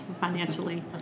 financially